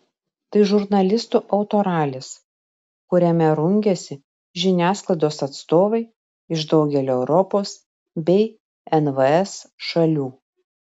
tai žurnalistų autoralis kuriame rungiasi žiniasklaidos atstovai iš daugelio europos bei nvs šalių